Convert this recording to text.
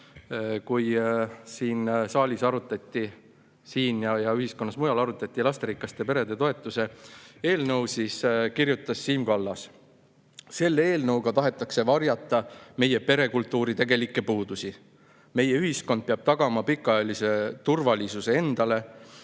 kui siin saalis arutati, siin ja ühiskonnas mujal arutati lasterikaste perede toetuse eelnõu, kirjutas Siim Kallas: "Selle eelnõuga tahetakse varjata meie perekultuuri tegelikke puudusi. Meie ühiskond peab tagama pikaajalise turvalisuse emadele,